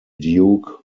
duke